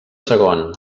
segon